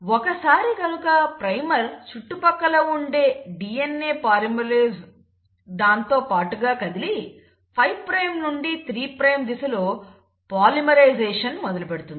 ఒకసారి గనుక ప్రైమర్ చుట్టుపక్కల ఉంటే DNA పాలిమరేస్ దానితో పాటుగా కదిలి 5 ప్రైమ్ నుండి 3 ప్రైమ్ దిశలో పాలిమరైజేషన్ మొదలు పెడుతుంది